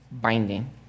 binding